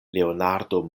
leonardo